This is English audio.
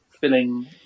filling